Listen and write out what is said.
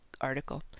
article